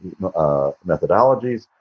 methodologies